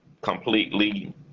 completely